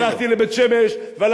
אני מסניף בתים.